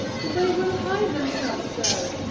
but they will hide themselves so.